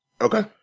Okay